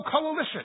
Coalition